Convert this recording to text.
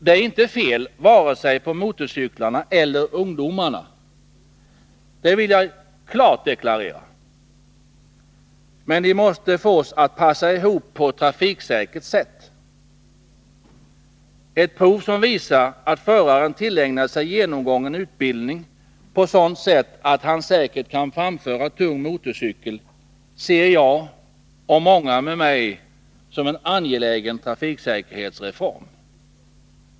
Det är inte fel på vare sig motorcyklarna eller ungdomarna — det vill jag klart deklarera — men de måste fås att passa ihop på ett trafiksäkert sätt. Ett prov som visar att föraren tillägnat sig genomgången utbildning på sådant sätt att han säkert kan framföra tung motorcykel ser jag och många med mig som en angelägen trafiksäkerhetsreform.